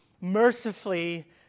mercifully